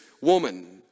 woman